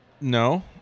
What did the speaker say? no